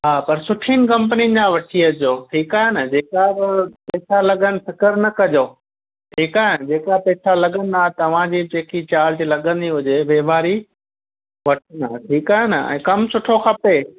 हा पर सुठीनि कंपनीनि जा वठी अचिजो ठीकु आहे न जेका बि सुठा लॻनि फिकर न कजो ठीकु आहे जेका पेसा लॻंदा तव्हां जी जेकी चार्ज लॻंदी हुजे वहिंवारी वठंदा ठीकु आहे न ऐं कमु सुठो खपे